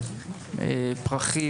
פרחים,